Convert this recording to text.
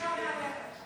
בושה מהלכת אתם.